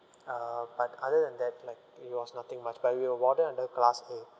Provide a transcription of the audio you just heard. uh but other than that like it was nothing much but we were warded under class A